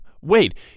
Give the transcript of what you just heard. Wait